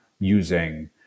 using